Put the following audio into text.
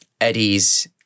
Eddie's